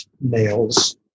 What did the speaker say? males